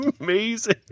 amazing